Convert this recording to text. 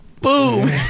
Boom